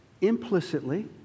implicitly